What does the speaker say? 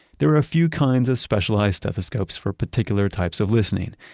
there were a few kinds of specialized stethoscopes for particular types of listening,